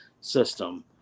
system